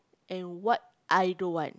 and what I don't want